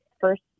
first